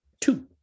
two